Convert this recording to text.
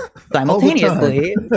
simultaneously